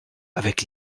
avec